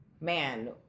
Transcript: man